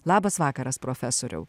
labas vakaras profesoriau